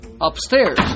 upstairs